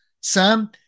Sam